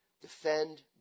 defend